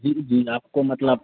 जी जी आपको मतलब